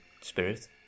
spirit